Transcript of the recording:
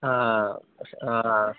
ആ ആ